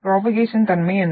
propagation தன்மை என்ன